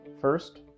First